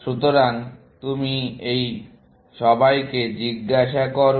সুতরাং তুমি সবাইকে জিজ্ঞাসা করা শুরু করো